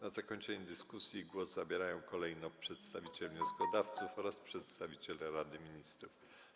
Na zakończenie dyskusji głos zabierają kolejno przedstawiciel wnioskodawców oraz przedstawiciel Rady Ministrów.